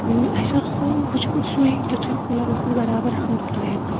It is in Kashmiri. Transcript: اسہِ اوس سُہ وٕچھمُت سُے تِتھُے کوٗلَر اوس اَسہِ بَرابر ہَمسایَن